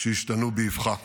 שהשתנו באבחה